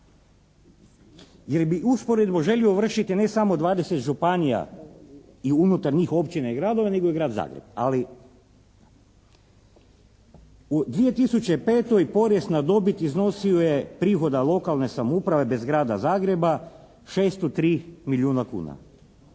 Jer bi usporedbu želio vršiti ne samo 20 županija i unutar njih općina i gradova nego i Grad Zagreb, ali. U 2005. porez na dobit iznosio je prihoda lokalne samouprave bez Grada Zagreba 603 milijuna kuna.